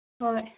ꯍꯣꯏ